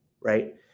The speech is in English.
right